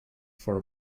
for